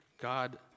God